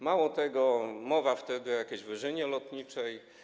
Mało tego, mówiono wtedy o jakiejś Wyżynie Lotniczej.